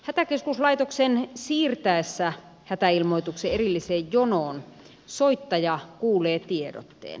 hätäkeskuslaitoksen siirtäessä hätäilmoituksen erilliseen jonoon soittaja kuulee tiedotteen